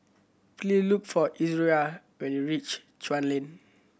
please look for Izora when you reach Chuan Lane